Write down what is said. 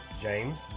James